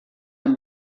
amb